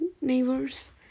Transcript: neighbors